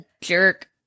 jerk